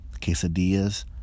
Quesadillas